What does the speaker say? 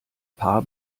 paar